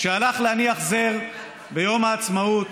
אבל זה די מתאים לו לזרוק איזה פצצת סירחון לאוויר ואז